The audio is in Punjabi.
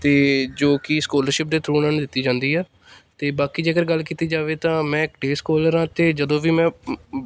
ਅਤੇ ਜੋ ਕਿ ਸਕੋਲਰਸ਼ਿਪ ਦੇ ਥਰੂ ਉਹਨਾਂ ਨੂੰ ਦਿੱਤੀ ਜਾਂਦੀ ਆ ਅਤੇ ਬਾਕੀ ਜੇਕਰ ਗੱਲ ਕੀਤੀ ਜਾਵੇ ਤਾਂ ਮੈਂ ਸਕੋਲਰਾਂ ਅਤੇ ਜਦੋਂ ਵੀ ਮੈਂ